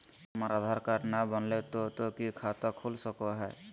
हमर आधार कार्ड न बनलै तो तो की खाता खुल सको है?